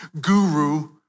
guru